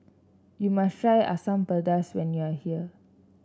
you must try Asam Pedas when you are here